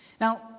Now